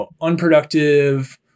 unproductive